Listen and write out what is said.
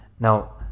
Now